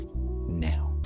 now